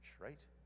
right